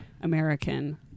American